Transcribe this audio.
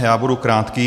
Já budu krátký.